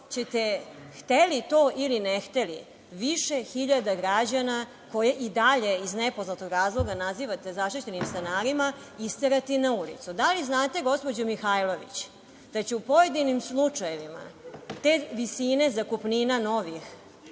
ćete, hteli to ili ne, više hiljada građana, koje i dalje nazivate iz nepoznatog razloga zaštićenim stanarima, isterati na ulicu. Da li znate, gospođo Mihajlović, da će u pojedinim slučajevima te visine zakupnina